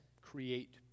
create